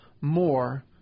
more